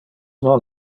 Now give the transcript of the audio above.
non